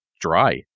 dry